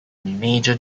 major